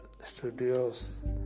Studios